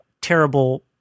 terrible